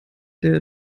der